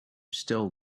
still